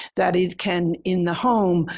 that it can, in the home,